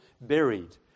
buried